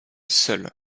seule